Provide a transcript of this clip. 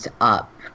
up